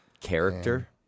character